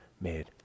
made